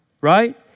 Right